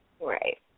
Right